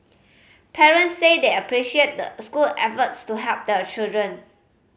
parents said they appreciated the school efforts to help their children